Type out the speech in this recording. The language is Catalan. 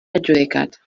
adjudicat